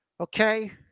okay